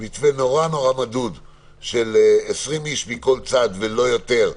מתווה מאוד מדוד של 20 איש מכל צד ולא יותר,